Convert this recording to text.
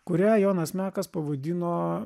kurią jonas mekas pavadino